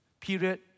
Period